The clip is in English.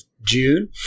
June